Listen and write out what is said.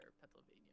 Pennsylvania